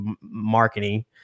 marketing